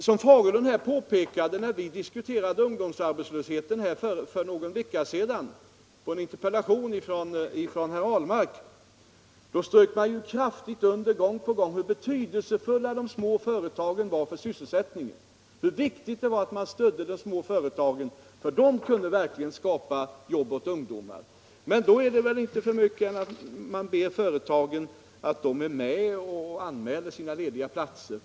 Herr Fagerlund påpekade att när vi för någon vecka sedan här i kammaren diskuterade ungdomsarbetslösheten med anledning av en interpellation från herr Ahlmark så strök man kraftigt under hur betydelsefulla de små företagen var för sysselsättningen och hur viktigt det var att stödja de små företagen, för de kunde verkligen skapa jobb åt ungdomar. Då är det väl inte för mycket begärt att företagen skall vara med och anmäla sina lediga platser.